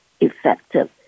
effective